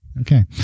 Okay